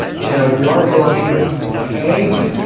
you know, we are growing ok, but,